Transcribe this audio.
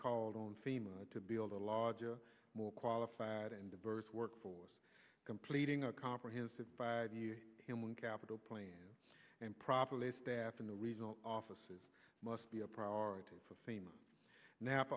called on fema to build a larger more qualified and diverse workforce completing a comprehensive five year and one capital plan and properly staff in the result offices must be a priority for same n